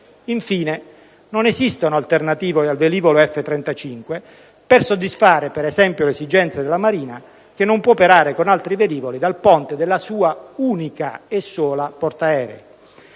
Infine, non esistono alternative al velivolo F-35 per soddisfare, per esempio, le esigenze della Marina, che non può operare con altri velivoli dal ponte della sua unica e sola portaerei.